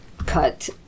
Cut